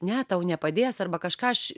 ne tau nepadės arba kažką aš